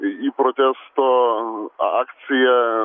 į protesto akciją